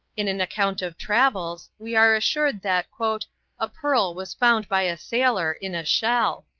in an account of travels we are assured that a pearl was found by a sailor in a shell.